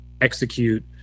execute